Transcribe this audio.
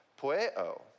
poeo